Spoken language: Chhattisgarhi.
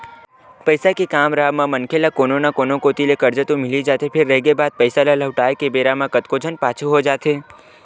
पइसा के काम राहब म मनखे ल कोनो न कोती ले करजा तो मिल ही जाथे फेर रहिगे बात पइसा ल लहुटाय के बेरा म कतको झन पाछू हो जाथे